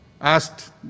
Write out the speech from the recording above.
asked